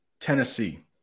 Tennessee